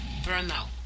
burnout